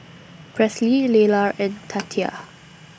Presley Lelar and Tatia